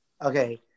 Okay